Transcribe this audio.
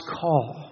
call